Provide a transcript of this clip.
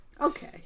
Okay